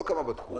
לא כמה בדקו,